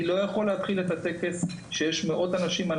אני לא יכול להתחיל את הטקס כשיש מאות אנשים על